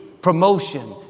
promotion